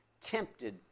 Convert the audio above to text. tempted